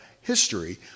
history